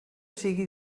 sigui